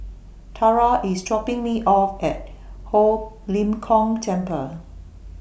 Tara IS dropping Me off At Ho Lim Kong Temple